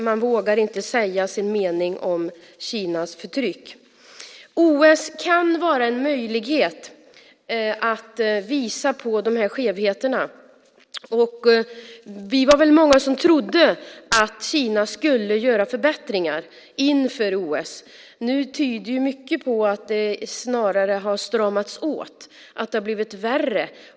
Man vågar inte säga sin mening om Kinas förtryck. OS kan vara en möjlighet att visa på de här skevheterna. Vi var väl många som trodde att Kina skulle göra förbättringar inför OS. Nu tyder mycket på att det snarare har stramats åt, att det har blivit värre.